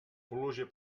pluja